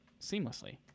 seamlessly